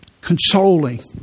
consoling